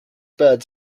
birds